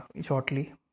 shortly